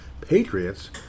Patriots